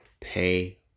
pay